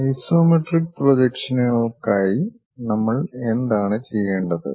isometric പ്രൊജക്ഷനുകൾക്കായി നമ്മൾ എന്താണ് ചെയ്യേണ്ടത്